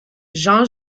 jean